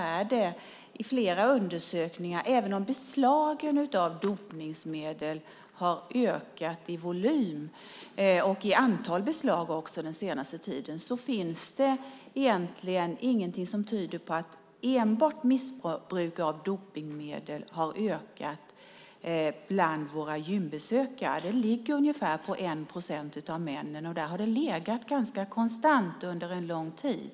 Det finns flera undersökningar som visar att även om beslagen av dopningsmedel har ökat i volym och även i antal beslag under den senaste tiden finns det egentligen ingenting som tyder på att enbart missbruk av dopningsmedel har ökat bland våra gymbesökare. Det ligger på ungefär 1 procent av männen, och där har det legat ganska konstant under en lång tid.